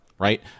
right